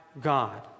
God